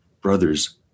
brother's